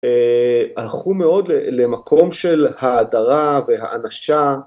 הלכו מאוד למקום של האדרה והאנשה